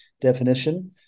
definition